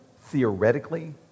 theoretically